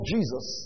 Jesus